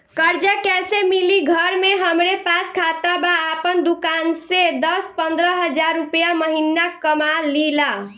कर्जा कैसे मिली घर में हमरे पास खाता बा आपन दुकानसे दस पंद्रह हज़ार रुपया महीना कमा लीला?